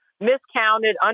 miscounted